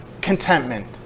contentment